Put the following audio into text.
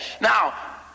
Now